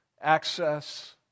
access